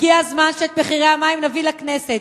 הגיע הזמן שאת מחירי המים נביא לכנסת.